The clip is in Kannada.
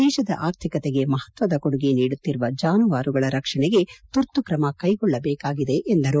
ದೇಶದ ಅರ್ಥಿಕತೆಗೆ ಮಹತ್ವದ ಕೊಡುಗೆ ನೀಡುತ್ತಿರುವ ಜಾನುವಾರುಗಳ ರಕ್ಷಣೆಗೆ ತುರ್ತು ಕ್ರಮ ಕೈಗೊಳ್ಳಬೇಕಾಗಿದೆ ಎಂದರು